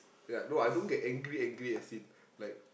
yeah no I don't get angry angry as in like